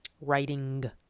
Writing